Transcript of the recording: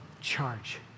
charge